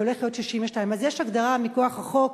הולך להיות 62. אז יש הגדרה מכוח החוק,